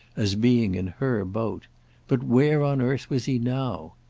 as being in her boat but where on earth was he now?